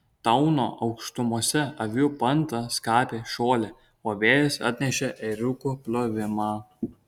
dauno aukštumose avių banda skabė žolę o vėjas atnešė ėriukų bliovimą